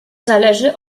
zależy